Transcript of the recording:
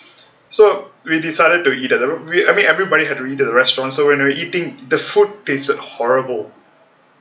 so we decided to eat at a ro~ I mean everybody had to eat at the restaurants so when we were eating the food tasted horrible